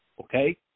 okay